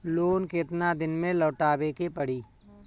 Loan केतना दिन में लौटावे के पड़ी?